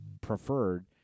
preferred